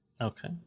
Okay